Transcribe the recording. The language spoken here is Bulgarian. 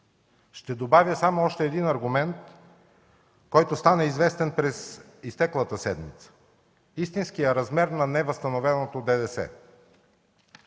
Ще добавя само още един аргумент, който стана известен през изтеклата седмица – истинският размер на невъзстановеното ДДС.